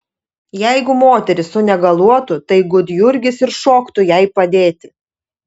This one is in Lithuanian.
jeigu moteris sunegaluotų tai gudjurgis ir šoktų jai padėti